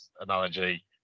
analogy